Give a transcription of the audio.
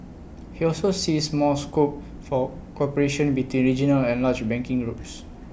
he also sees more scope for cooperation between regional and large banking groups